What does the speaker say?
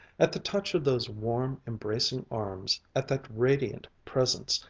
at the touch of those warm embracing arms, at that radiant presence,